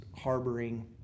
harboring